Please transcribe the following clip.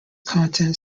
content